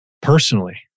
personally